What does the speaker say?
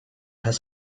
has